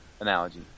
analogy